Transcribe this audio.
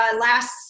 last